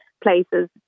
places